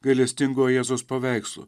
gailestingo jėzaus paveikslu